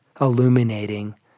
illuminating